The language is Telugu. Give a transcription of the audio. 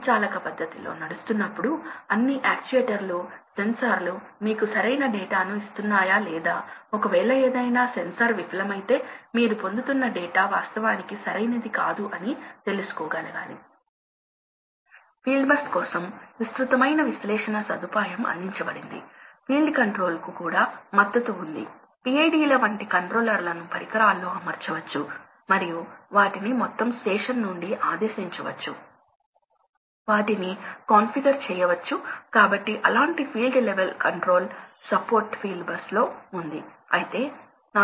కాబట్టి మీరు ఫ్యాన్ ని ఆన్ చేస్తే మీరు ప్రవాహం రేటు కొద్దిసేపు పెరుగుతుందని అనుకుందాం అది మళ్ళీ పడిపోతుంది మరియు మీరు దాన్ని ఆన్ చేసి ఆపై స్విచ్ ఆఫ్ చేస్తారు కాబట్టి మీరు సగటు ప్రవాహాన్ని స్థాపించగలుగుతారు మరియు ఈ సగటు వాస్తవానికి డ్యూటీ రేషియో పై ఆధారపడి ఉంటుంది కాబట్టి ఇది ఆన్లో ఉంది ఇది ఆఫ్లో ఉంది కాబట్టి ప్రాథమికంగా సగటు విలువ ఉంటుంది లేదా వాస్తవానికి ఏమి జరుగుతుందంటే అది నెమ్మదిగా పెరగదు ఎందుకంటే టైం కాన్స్టాంట్ తగినంత వేగంగా ఉంటుంది బదులుగా ఇది ఇలా ఉంటుంది